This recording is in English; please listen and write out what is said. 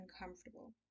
uncomfortable